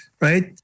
right